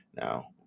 Now